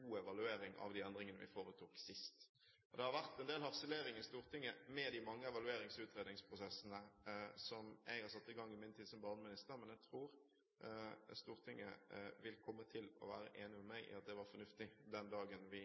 god evaluering av de endringene vi foretok sist. Det har vært en del harselering i Stortinget over de mange evaluerings- og utredningsprosessene som jeg har satt i gang i min tid som barneminister, men jeg tror Stortinget vil komme til å være enig med meg i at det var fornuftig, den dagen vi